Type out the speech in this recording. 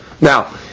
Now